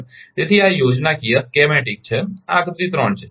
તેથી આ યોજનાકીયસ્કેમેટીક છે આ આકૃતિ 3 છે